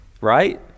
right